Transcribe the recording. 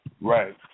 Right